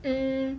hmm